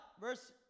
verse